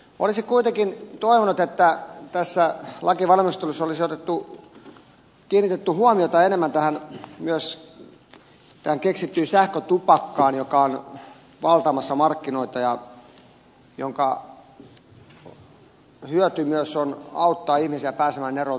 olisin kuitenkin toivonut että tässä lainvalmistelussa olisi kiinnitetty huomiota enemmän myös tähän keksittyyn sähkötupakkaan joka on valtaamassa markkinoita ja jonka hyöty myös on auttaa ihmisiä pääsemään eroon tupakasta kokonaan